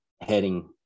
heading